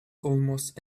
almost